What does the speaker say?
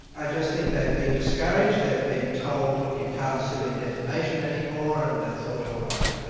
i just think they've been discouraged, they've been told, look, you can't sue in defamation any more and they thought, all right,